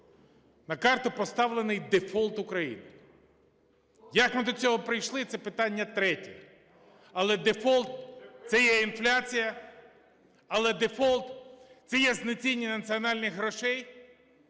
На карту поставлений дефолт України. Як ми до цього прийшли - це питання третє. Але дефолт – це є інфляція. Але дефолт – це є знецінення національних грошей,